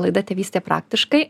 laida tėvystė praktiškai